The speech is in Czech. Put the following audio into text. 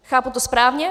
Chápu to správně?